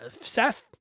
Seth